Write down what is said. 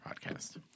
podcast